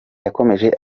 yakomeje